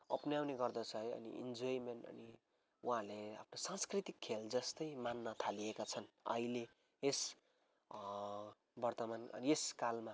अपनाउने गर्दछ है अनि इन्जोयमेन्ट अनि उहाँहरूले आफ्नो संस्कृतिक खेल जस्तै मान्न थालिएका छन् अहिले यस वर्तमान अनि यस कालमा